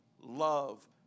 love